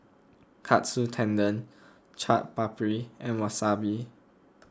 Katsu Tendon Chaat Papri and Wasabi